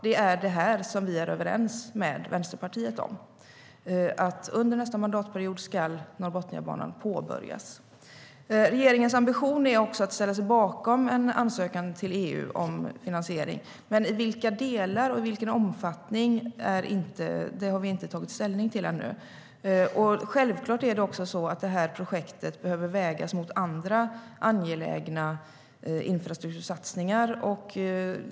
Det är detta som vi är överens med Vänsterpartiet om: Under nästa mandatperiod ska Norrbotniabanan påbörjas. Självklart behöver detta projekt vägas mot andra angelägna infrastruktursatsningar.